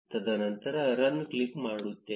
ತದನಂತರ run click ಮಾಡುತ್ತೇವೆ